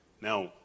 Now